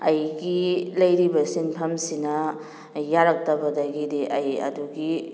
ꯑꯩꯒꯤ ꯂꯩꯔꯤꯕ ꯁꯤꯟꯐꯝꯁꯤꯅ ꯌꯥꯔꯛꯇꯕꯗꯒꯤꯗꯤ ꯑꯩ ꯑꯗꯨꯒꯤ